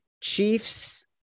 Chiefs